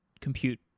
compute